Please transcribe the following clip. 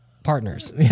Partners